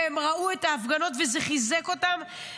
והן ראו את ההפגנות וזה חיזק אותן.